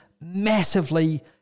massively